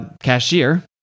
cashier